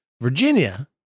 Virginia